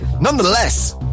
nonetheless